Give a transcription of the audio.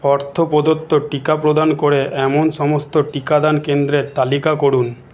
অর্থ প্রদত্ত টিকা প্রদান করে এমন সমস্ত টিকাদান কেন্দ্রের তালিকা করুন